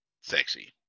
sexy